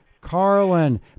Carlin